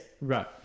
Right